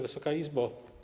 Wysoka Izbo!